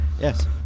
Yes